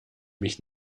mich